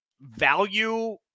value